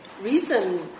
reason